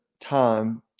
time